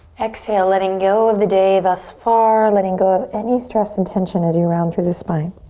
exhale letting go of the day thus far, and letting go of any stress and tension as you round through the spine.